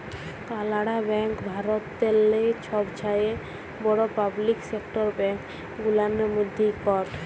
কালাড়া ব্যাংক ভারতেল্লে ছবচাঁয়ে বড় পাবলিক সেকটার ব্যাংক গুলানের ম্যধে ইকট